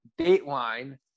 Dateline